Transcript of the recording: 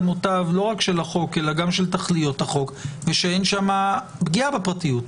אמותיו לא רק של החוק אלא גם של תכליות החוק ושאין שמה פגיעה בפרטיות.